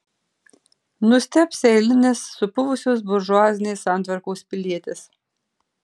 nustebs eilinis supuvusios buržuazinės santvarkos pilietis